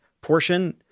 portion